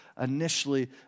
initially